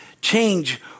change